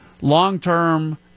long-term